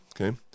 okay